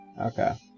Okay